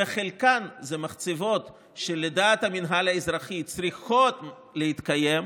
וחלקן מחצבות שלדעת המינהל האזרחי צריכות להתקיים,